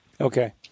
Okay